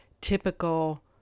typical